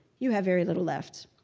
you have very little left.